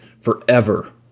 forever